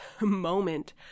moment